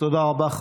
תודה רבה.